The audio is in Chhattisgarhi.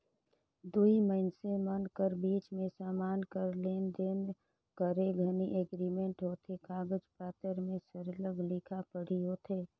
दुई मइनसे मन कर बीच में समान कर लेन देन करे घनी एग्रीमेंट होथे कागज पाथर में सरलग लिखा पढ़ी होथे